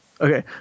Okay